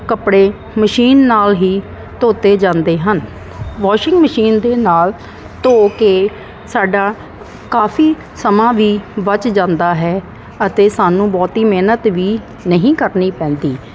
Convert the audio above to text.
ਕੱਪੜੇ ਮਸ਼ੀਨ ਨਾਲ ਹੀ ਧੋਤੇ ਜਾਂਦੇ ਹਨ ਵਾਸ਼ਿੰਗ ਮਸ਼ੀਨ ਦੇ ਨਾਲ ਧੋ ਕੇ ਸਾਡਾ ਕਾਫ਼ੀ ਸਮਾਂ ਵੀ ਬਚ ਜਾਂਦਾ ਹੈ ਅਤੇ ਸਾਨੂੰ ਬਹੁਤੀ ਮਿਹਨਤ ਵੀ ਨਹੀਂ ਕਰਨੀ ਪੈਂਦੀ